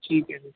ਠੀਕ ਹੈ ਜੀ